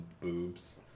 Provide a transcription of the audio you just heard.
boobs